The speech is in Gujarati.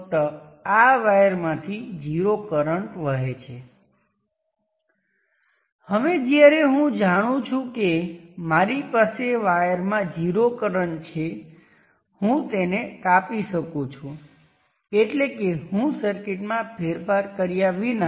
માત્ર એટલો જ તફાવત છે કે આપણે ત્યાં કરંટ લગાવી રહ્યા છીએ અને અહીં આપણે વોલ્ટેજ લગાવી રહ્યા છીએ પરંતુ તેનાથી કોઈ ફરક પડતો નથી